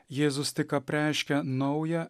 jėzus tik apreiškia naują